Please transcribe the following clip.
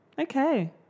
Okay